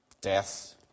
death